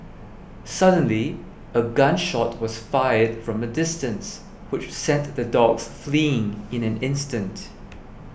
suddenly a gun shot was fired from a distance which sent the dogs fleeing in an instant